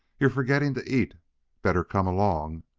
you're forgetting to eat better come along.